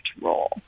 role